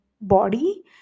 body